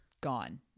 gone